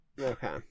Okay